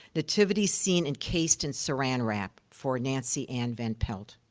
nativity scene encased in saran wrap, for nancy ann van pelt.